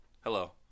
Hello